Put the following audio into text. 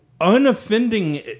unoffending